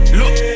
look